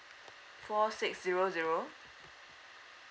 four six zero zero